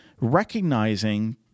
recognizing